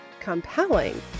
compelling